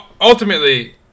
ultimately